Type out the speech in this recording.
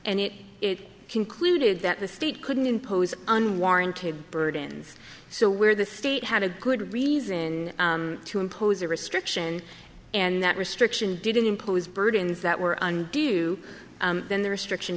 and it it concluded that the state couldn't impose unwarranted burdens so where the state had a good reason to impose a restriction and that restriction didn't impose burdens that were undue then the restriction